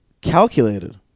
calculated